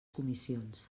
comissions